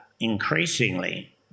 increasingly